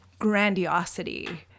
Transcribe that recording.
grandiosity